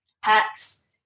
hacks